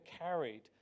carried